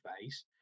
base